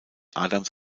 adams